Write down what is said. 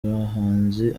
bahanzi